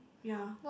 ya